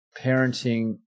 parenting